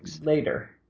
later